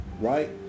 right